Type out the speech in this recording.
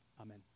Amen